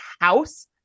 house